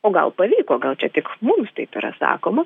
o gal pavyko gal čia tik mums taip yra sakoma